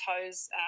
toes